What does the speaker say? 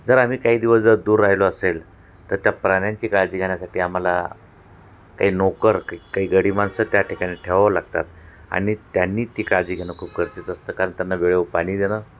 जर आम्ही काही दिवस जर दूर राहिलो असेल तर त्या प्राण्यांची काळजी घेण्यासाठी आम्हाला काही नोकर क काही गडी माणसं त्या ठिकाणी ठेवावं लागतात आणि त्यांनी ती काळजी घेणं खूप गरजेचं असतं कारण त्यांना वेळेवर पाणी देणं